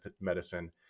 medicine